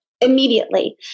immediately